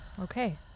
okay